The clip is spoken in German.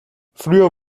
früher